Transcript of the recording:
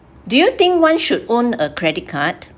do you think one should own a credit card